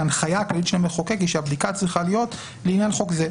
שההנחיה הכללית של המחוקק היא שהבדיקה צריכה להיות לעניין חוק זה,